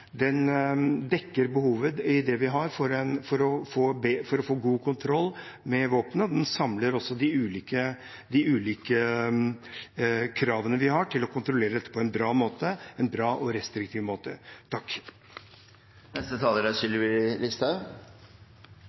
dekker det behovet vi har for å få god kontroll med våpnene, og den samler også de ulike kravene vi har til å kontrollere dette på en bra og restriktiv måte. Jeg er glad for at justiskomiteen i det store og